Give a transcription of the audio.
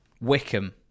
Wickham